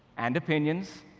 and opinions,